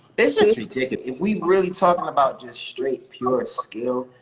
it's just ridiculous. if we really talking about just straight pure skill,